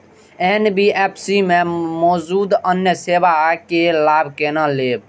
NBFC में मौजूद अन्य सेवा के लाभ केना लैब?